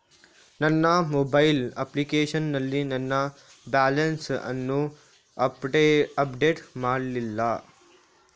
ನನ್ನ mobile application ನಲ್ಲಿ ನನ್ನ ಬ್ಯಾಲೆನ್ಸ್ ಅನ್ನು ಅಪ್ಡೇಟ್ ಮಾಡ್ಲಿಲ್ಲ